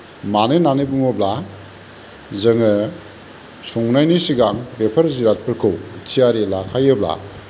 मानो होन्नानै बुङोब्ला जोङो संनायनि सिगां बेफोर जिरादफोरखौ थियारि लाखायोब्ला